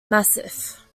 massif